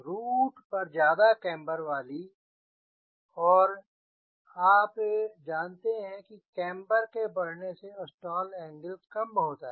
root पर ज्यादा camber वाली और आप जानते हैं की केम्बर के बढ़ने से स्टॉल एंगल कम होता है